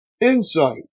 Insight